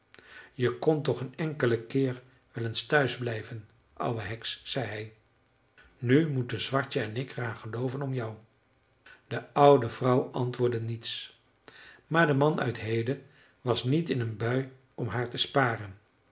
je kon toch een enkelen keer wel eens thuis blijven ouwe heks zei hij nu moeten zwartje en ik er aan gelooven om jou de oude vrouw antwoordde niets maar de man uit hede was niet in een bui om haar te sparen